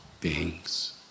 beings